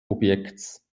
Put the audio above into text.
objekts